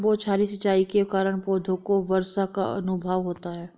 बौछारी सिंचाई के कारण पौधों को वर्षा का अनुभव होता है